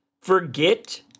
forget